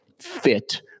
fit